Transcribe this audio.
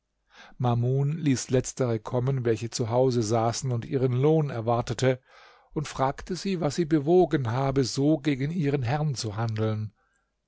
mamun ließ letztere kommen welche zu hause saß und ihren lohn erwartete und fragte sie was sie bewogen habe so gegen ihren herrn zu handeln